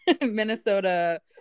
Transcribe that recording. Minnesota